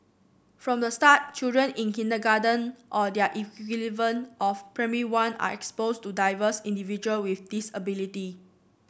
from the start children in kindergarten or their equivalent of Primary One are exposed to diverse individual with disabilities